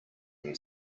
him